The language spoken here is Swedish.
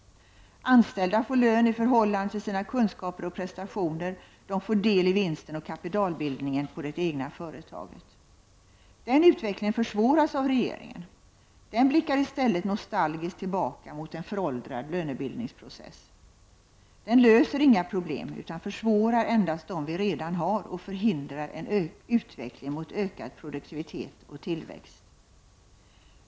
Anställda får lön i förhållande till sina kunskaper och prestationer. De får del i vinsten och kapitalbildningen på det egna företaget. Den utvecklingen försvåras av regeringen, som nostalgiskt blickar tillbaka mot en föråldrad lönebildningsprocess. Denna löser inga problem utan för svårar enbart dem vi redan har och förhindrar en utveckling mot ökad produktivitet och tillväxt.